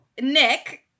Nick